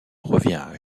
revient